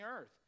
earth